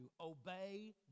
Obey